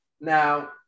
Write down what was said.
Now